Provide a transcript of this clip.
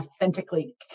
authentically